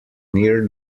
near